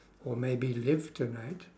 or maybe live tonight